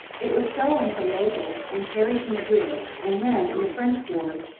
it was stolen from naples and carried to madrid and then, in the french wars,